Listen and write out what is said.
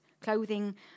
clothing